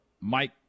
Mike